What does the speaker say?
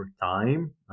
time